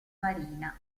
marina